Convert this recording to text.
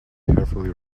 carefully